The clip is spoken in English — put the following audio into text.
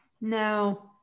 No